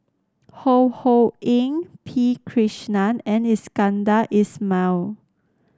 Ho Ho Ying P Krishnan and Iskandar Ismail